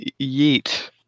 Yeet